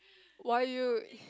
why you